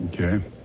Okay